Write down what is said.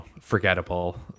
forgettable